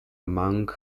among